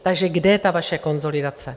Takže kde je ta vaše konsolidace?